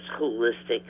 holistic